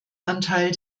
anteil